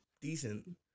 decent